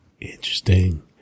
Interesting